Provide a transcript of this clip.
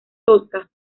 tosca